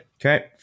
okay